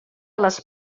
les